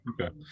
Okay